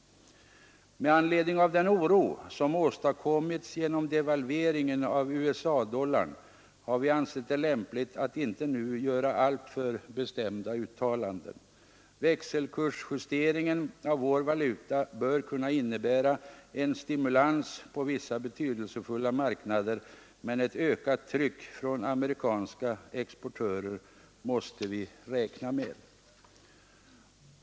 I anledning av den oro som åstadkommits genom devalveringen av USA-dollarn har vi ansett det lämpligt att inte nu göra alltför bestämda uttalanden. Växelkursjusteringen av vår valuta bör kunna innebära en stimulans på vissa betydelsefulla marknader, men ett ökat tryck från amerikanska exportörer måste vi räkna med.